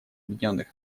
объединенных